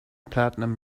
platinum